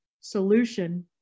solution